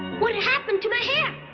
what happened to my hair?